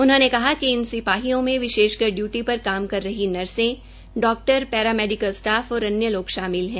उन्होंने कहा कि इन सिपाहियों में विशेषकर डयूटी पर काम कर रही नर्से डाकटर पैरामेडिकल स्टाफ और अन्य लोग शामिल है